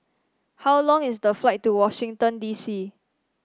how long is the flight to Washington D C